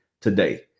today